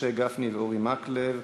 משה גפני ואורי מקלב.